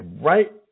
right